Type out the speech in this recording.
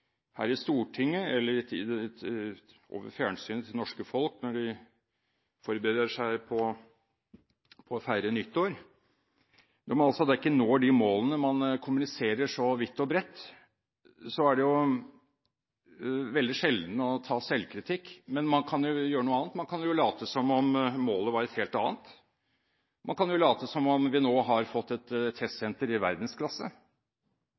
her i Stortinget eller via fjernsyn til det norske folk når det forbereder seg på å feire nyttår – er det å ta selvkritikk veldig sjeldent. Men man kan jo gjøre noe annet: Man kan late som om målet var et helt annet, man kan late som om vi har fått et testsenter i verdensklasse.